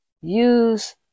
use